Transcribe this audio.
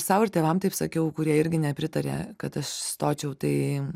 sau ir tėvam taip sakiau kurie irgi nepritarė kad stočiau tai